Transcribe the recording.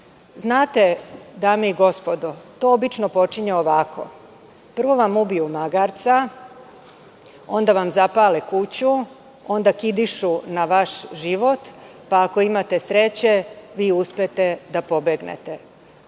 Srbi. Znate, dame i gospodo, to obično počinje ovako. Prvo vam ubiju magarca, onda vam zapale kuću, onda kidišu na vaš život, pa ako imate sreće vi uspete da pobegnete.